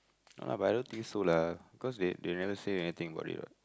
ah but I don't think so lah cause they they never say anything about it what